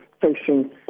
facing